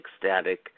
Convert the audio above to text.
ecstatic